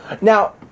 now